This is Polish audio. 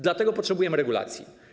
Dlatego potrzebujemy regulacji.